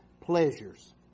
pleasures